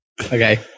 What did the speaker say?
Okay